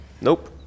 Nope